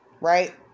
Right